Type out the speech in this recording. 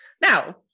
Now